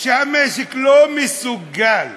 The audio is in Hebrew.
שלא מסוגל,